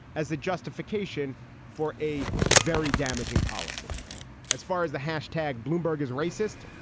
as a justification for a very damaging policy as far as the hashtag bloomberg is racist,